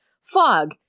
Fog